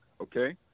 okay